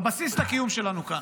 הבסיס לקיום שלנו כאן.